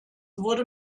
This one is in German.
wurde